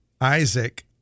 Isaac